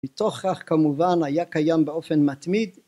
מתוך כך כמובן היה קיים באופן מתמיד